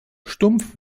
stumpf